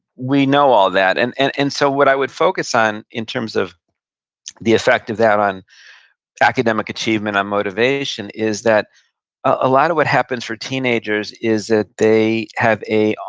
we know all that, and and and so what i would focus on in terms of the effect of that on academic achievement, on motivation, is that a lot of what happens for teenagers is that they have a,